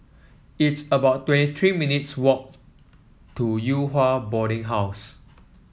it's about twenty three minutes' walked to Yew Hua Boarding House